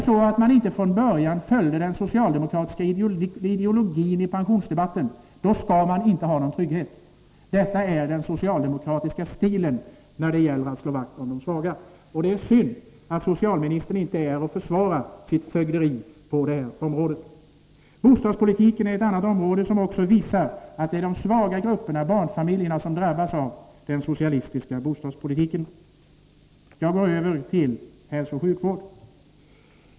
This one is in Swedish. Har man inte från början följt den socialdemokratiska ideologin i pensionsdebatten, skall man inte ha någon trygghet. Detta är den socialdemokratiska stilen när det gäller att slå vakt om de svaga. Det är synd att socialministern inte är här och försvarar sitt fögderi i detta avseende. Bostadspolitiken är ett annat område, som också visar att de svaga grupperna och barnfamiljerna drabbas av den socialistiska bostadspolitiken. Jag går så över till hälsooch sjukvården.